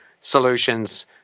solutions